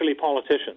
politicians